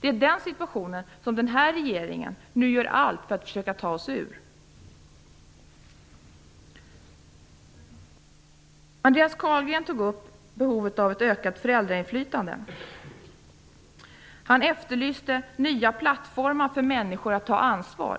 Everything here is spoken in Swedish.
Det är den situationen som den här regeringen nu gör allt för att ta oss ur. Andreas Carlgren tog upp behovet av ett ökat föräldrainflytande. Han efterlyste nya plattformar för människor att ta ansvar.